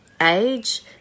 age